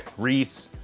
reece,